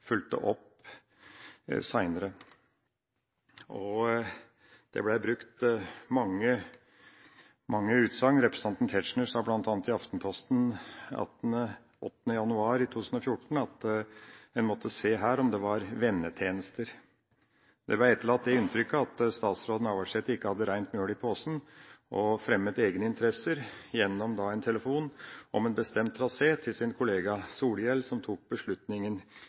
fulgte opp seinere, og man kom med mange utsagn. Representanten Tetzschner sa bl.a. til Aftenposten 8. januar 2014 at en her måtte se om det var vennetjenester det var snakk om. Det ble etterlatt det inntrykket at statsråd Navarsete ikke hadde reint mjøl i posen og fremmet egeninteresser gjennom en telefon om en bestemt trasé til sin kollega Solhjell, som tok